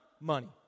Money